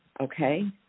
okay